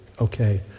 Okay